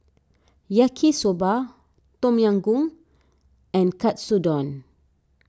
Yaki Soba Tom Yam Goong and Katsudon